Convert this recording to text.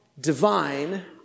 divine